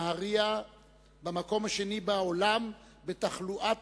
נהרייה במקום השני בעולם בתחלואת